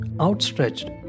outstretched